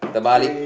terbalik